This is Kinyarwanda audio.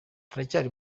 turacyari